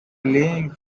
link